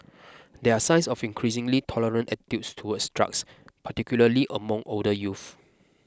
there are signs of increasingly tolerant attitudes towards drugs particularly among older youth